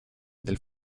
del